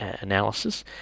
analysis